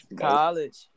College